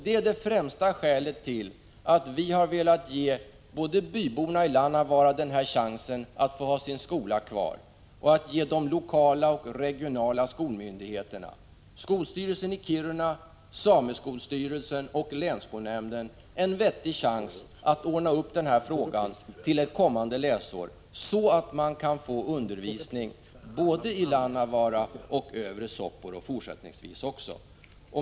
Det är det främsta skälet till att vi har velat både ge byborna i Lannavaara chansen att ha sin skola kvar och ge de lokala och regionala skolmyndigheterna, skolstyrelsen i Kiruna, sameskolstyrelsen och länsskolnämnden en vettig chans att ordna denna fråga till ett kommande läsår, så att det blir undervisning i både Lannavaara och Övre Soppero även fortsättningsvis.